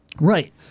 right